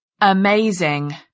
Amazing